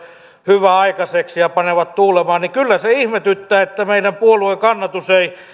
hyvää aikaiseksi ja panevat tuulemaan niin kyllä se ihmetyttää että meidän puolueen kannatus ei